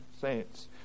saints